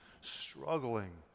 struggling